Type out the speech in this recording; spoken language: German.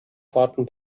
fahrten